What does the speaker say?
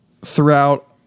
throughout